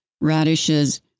radishes